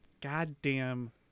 goddamn